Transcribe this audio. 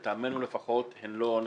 לטעמנו לפחות לא נכונות.